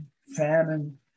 famine